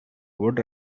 would